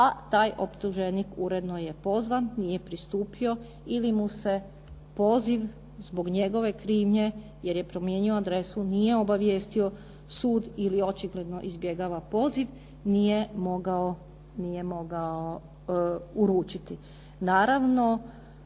a taj optuženik uredno je pozvan, nije pristupio ili mu se poziv zbog njegove krivnje jer je promijenio adresu nije obavijestio sud ili očigledno izbjegava poziv nije mogao uručiti. Naravno,